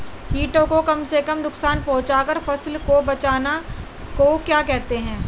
कीटों को कम से कम नुकसान पहुंचा कर फसल को बचाने को क्या कहते हैं?